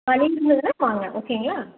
வலி இருந்ததுனால் வாங்க ஓகேங்களா